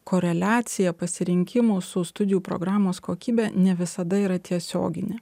koreliacija pasirinkimų studijų programos kokybė ne visada yra tiesioginė